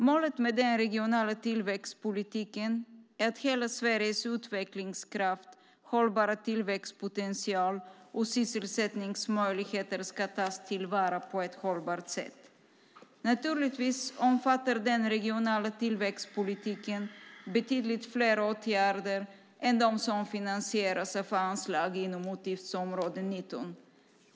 Målet med den regionala tillväxtpolitiken är att hela Sveriges utvecklingskraft, hållbara tillväxtpotential och sysselsättningsmöjligheter ska tas till vara på ett hållbart sätt. Naturligtvis omfattar den regionala tillväxtpolitiken betydligt fler åtgärder än de som finansieras av anslag inom utgiftsområde 19.